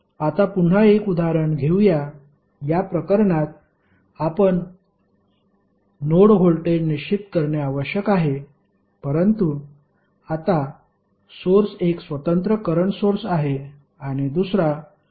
आता पुन्हा एक उदाहरण घेऊया या प्रकरणात आपण नोड व्होल्टेज निश्चित करणे आवश्यक आहे परंतु आता सोर्स एक स्वतंत्र करंट सोर्स आहे आणि दुसरा अवलंबून असलेला करंट सोर्स आहे